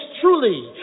truly